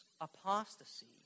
apostasy